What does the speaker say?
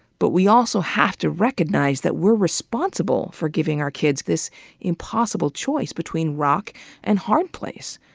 but we also have to recognize that we're responsible for giving our kids this impossible choice between rock and hard place.